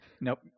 Nope